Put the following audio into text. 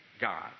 God